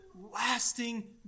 lasting